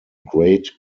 great